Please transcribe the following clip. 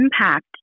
impact